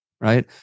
Right